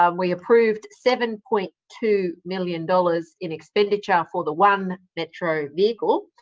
um we approved seven point two million dollars in expenditure for the one metro vehicle,